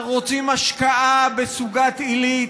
אנחנו רוצים השקעה בסוגה עילית.